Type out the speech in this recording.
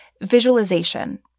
visualization